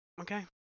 Okay